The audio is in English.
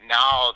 now